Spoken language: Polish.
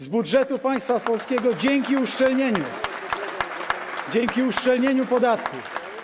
Z budżetu państwa polskiego dzięki uszczelnieniu, dzięki uszczelnieniu podatków.